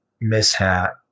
mishap